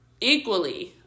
equally